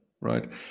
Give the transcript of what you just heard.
right